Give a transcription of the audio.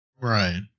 Right